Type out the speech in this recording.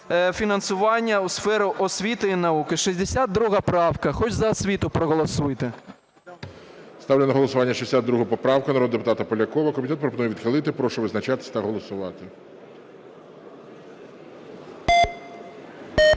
фінансування у сфері освіти і науки – 62 правка. Хоч за освіту проголосуйте. ГОЛОВУЮЧИЙ. Ставлю на голосування 62 поправку народного депутата Полякова. Комітет пропонує відхилити. Прошу визначатись та голосувати.